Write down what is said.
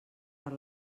per